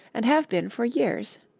and have been for years.